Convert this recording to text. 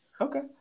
Okay